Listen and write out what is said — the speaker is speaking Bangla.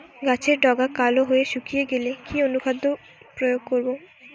গাছের ডগা কালো হয়ে শুকিয়ে গেলে কি অনুখাদ্য প্রয়োগ করব?